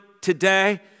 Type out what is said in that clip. today